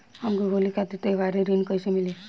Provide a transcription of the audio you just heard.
हमके होली खातिर त्योहारी ऋण कइसे मीली?